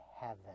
heaven